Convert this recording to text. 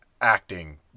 Acting